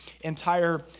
entire